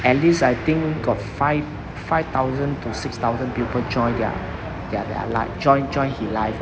at least I think got five five thousand to six thousand people join their their their like join join he live